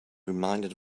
reminded